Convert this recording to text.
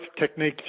techniques